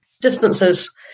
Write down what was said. distances